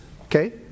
Okay